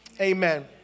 amen